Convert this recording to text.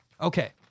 Okay